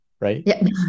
Right